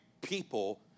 people